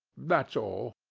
that's all.